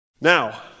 Now